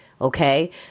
okay